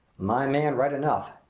my man, right enough,